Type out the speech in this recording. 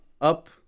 up